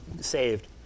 saved